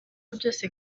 byose